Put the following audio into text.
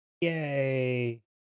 Yay